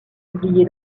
oublié